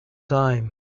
time